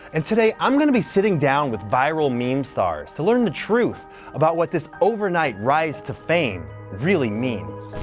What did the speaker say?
and today i'm gonna be sitting down with viral meme stars, to learn the truth about what this overnight rise to fame really means.